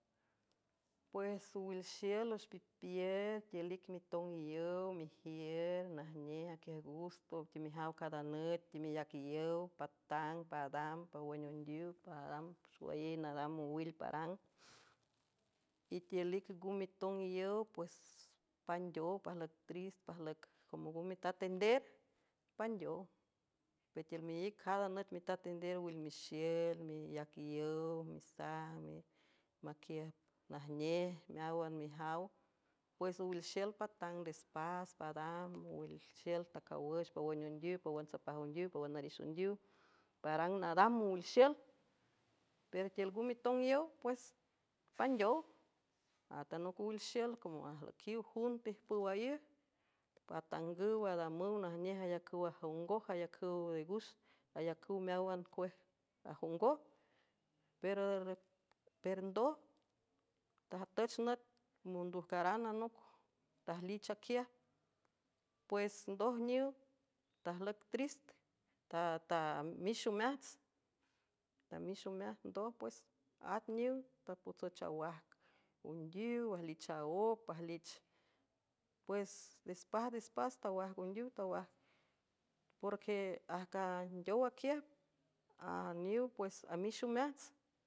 Pues owilxiel wüx pipier tiül ic mitong iow mejiür najnej aquiaj gusto temejaw cada nüt ameyac iyow patang padam pawün ondiw paadam xowayey nadam mowil parang y tiül ic nga mitong iyow pues pandeow pajlüc trist pajlüc come nga mitat ender pandeow pe tiül meíc cada nüt mitat ender owilmixiel meyac iow misaj imaquiüjp najnej meáwan mejaw pues owilxiül patang despas padam mowilxiül tacawüx pawün ondiw pawün tsapaj ondiw pawün narix ondiw parang nadam mowilxiül pero tiül ngüw mitongiyow pues pandeow at anoc owil xiül come ajlüiquiw jun pijpüw aíü patangüw adamüw najnej ayacüw ajongoj ayacüw de gus ayacüw meáwan ue ajongoj ero per ndoj tajtüch nüt mondujcaran anoc tajlich aquiaj pues ndoj niw tajlüic trist ej tamix omeajts ndoj pues at niw tapotsüch awaj ondiw ajlich aó pajlich pues despás despás tawajg ondiw tawaj porque ajcandeow aquiüj aniow pues amix omeajts.